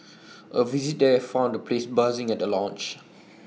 A visit there found the place buzzing at the launch